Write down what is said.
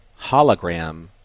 hologram